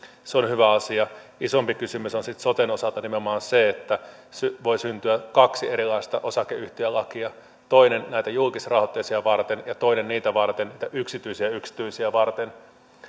se on hyvä asia isompi kysymys on sitten soten osalta nimenomaan se että voi syntyä kaksi erilaista osakeyhtiölakia toinen näitä julkisrahoitteisia varten ja toinen niitä yksityisiä yksityisiä varten